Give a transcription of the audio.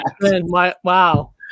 Wow